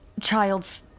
child's